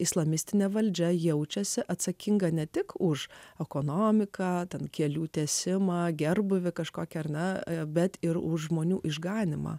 islamistinė valdžia jaučiasi atsakinga ne tik už ekonomiką ant kelių tiesimą gerbūvį kažko kernavę bet ir už žmonių išganymą